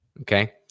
Okay